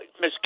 Miss